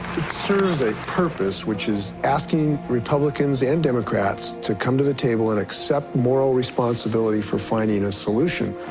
serves a purpose, which is asking republicans and democrats to come to the table and accept moral responsibility for finding a solution.